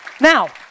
now